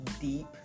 deep